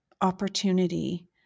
opportunity